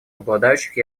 обладающих